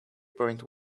point